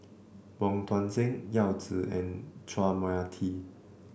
Wong Tuang Seng Yao Zi and Chua Mia Tee